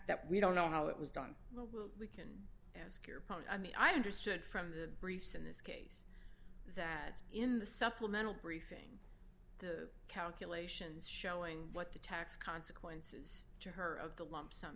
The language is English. that we don't know how it was done what your post i mean i understood from the briefs in this case that in the supplemental briefing the calculations showing what the tax consequence to her of the lump sum